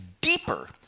deeper